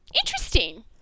interesting